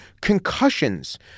concussions